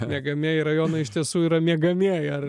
miegamieji rajonai iš tiesų yra miegamieji ar